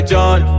John